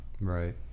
Right